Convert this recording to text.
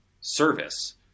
service